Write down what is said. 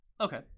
okay